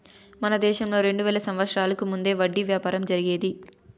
మన దేశంలో రెండు వేల సంవత్సరాలకు ముందే వడ్డీ వ్యాపారం జరిగేది